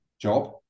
job